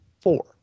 four